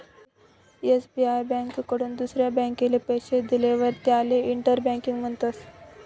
SBI ब्यांककडथून दुसरा ब्यांकले पैसा देयेलवर त्याले इंटर बँकिंग म्हणतस